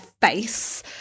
face